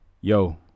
Yo